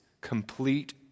complete